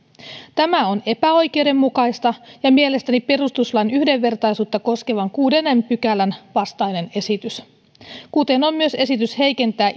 tämä on epäoikeudenmukaista ja mielestäni perustuslain yhdenvertaisuutta koskevan kuudennen pykälän vastainen esitys kuten on myös esitys heikentää